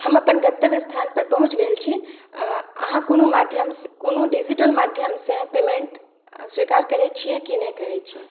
हम अपन गंतव्य स्थान पर पहुँचि गेल छी अहाँ कोनो माध्यमसॅं कोनो डीजिटल माध्यमसॅं पेमेंट स्वीकार करै छियै की नहि करै छियै